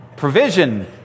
provision